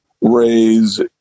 raise